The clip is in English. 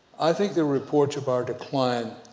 i think the reports of our decline